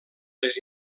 les